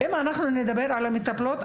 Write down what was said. אם אנחנו נדבר על המטפלות,